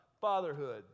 fatherhood